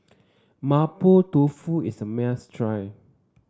Mapo Tofu is a must try